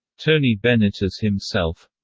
tony bennett as himself